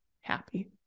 happy